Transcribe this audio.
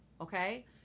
Okay